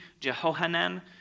Jehohanan